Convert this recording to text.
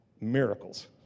miracles